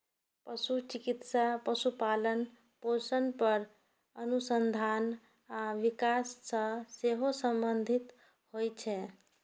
पशु चिकित्सा पशुपालन, पोषण पर अनुसंधान आ विकास सं सेहो संबंधित होइ छै